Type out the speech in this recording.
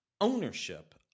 ownership